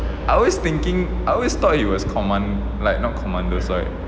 I always thinking I always thought it was command like not commanders like